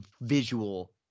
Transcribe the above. visual